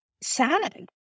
sad